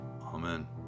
Amen